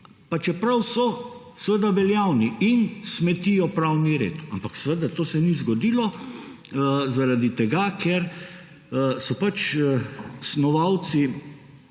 pa čeprav so seveda veljavni in smetijo pravni red. Ampak seveda to se ni zgodilo zaradi tega, ker so pač snovalci